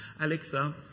Alexa